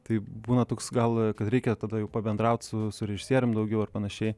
tai būna toks gal kad reikia tada jau pabendrauti su režisieriumi daugiau ar panašiai